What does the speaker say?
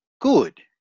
good